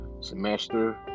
semester